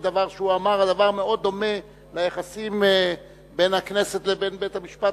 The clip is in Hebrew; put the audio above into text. דבר מאוד דומה ליחסים בין הכנסת לבין בית-המשפט